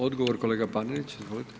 Odgovor kolega Panenić.